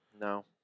No